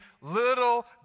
little